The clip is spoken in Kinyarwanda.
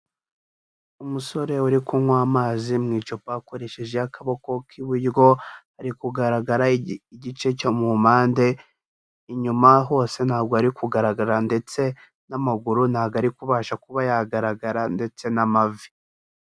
Umusore uri kunywa amazi mu icupa akoresheje akaboko k'iburyo, ari kugaragara igice cyo mu mpande, inyuma hose ntabwo ari kugaragara ndetse n'amaguru ntabwo ari kubasha kuba yagaragara ndetse n'amavi.